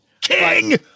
King